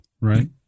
right